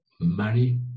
Money